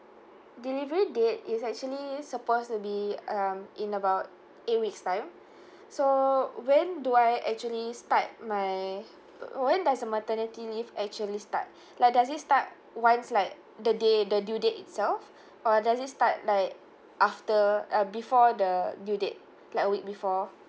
delivery date is actually supposed to be um in about eight weeks' time so when do I actually start my when does the maternity leave actually start like does it start once like the day the due date itself or does it start like after uh before the due date like a week before